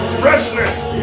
freshness